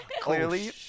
Clearly